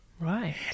Right